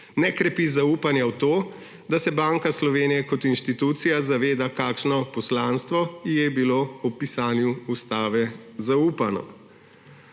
ne krepi zaupanja v to, da se Banka Slovenije kot institucija zaveda, kakšno poslanstvo ji je bilo ob pisanju ustave zaupano.